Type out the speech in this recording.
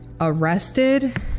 arrested